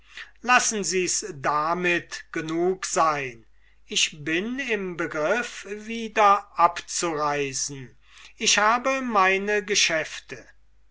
lassen sie's damit gut sein ich bin im begriff wieder abzureisen ich habe meine geschäfte